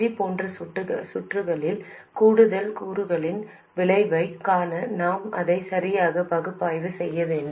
RG போன்ற சுற்றுகளில் கூடுதல் கூறுகளின் விளைவைக் காண நாம் அதை சரியாக பகுப்பாய்வு செய்ய வேண்டும்